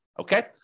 Okay